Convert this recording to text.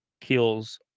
kills